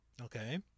Okay